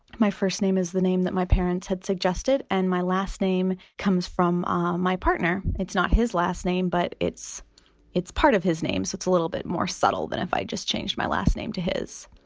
my first name is the name that my parents had suggested and my last name comes from um my partner. it's not his last name but it's it's part of his name. so it's a little bit more subtle than if i just changed my last name to his.